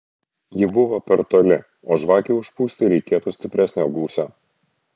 ji buvo per toli o žvakei užpūsti reikėtų stipresnio gūsio